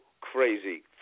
crazy